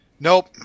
Nope